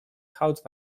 goud